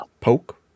poke